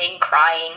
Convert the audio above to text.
crying